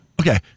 Okay